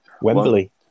Wembley